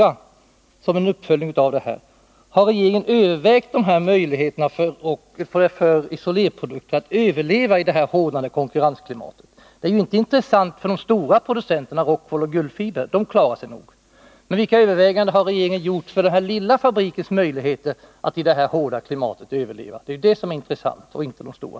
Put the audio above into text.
Som en uppföljning vill jag fråga: Har regeringen övervägt möjligheterna för tillverkare av isolerprodukter att överleva i det hårdnande konkurrensklimatet? Det är inte intressant när det gäller de stora producenterna, Rockwool och Gullfiber — de klarar sig nog. Men vilka överväganden har regeringen gjort av den lilla fabrikens möjligheter att i det här hårda klimatet överleva?